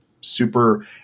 super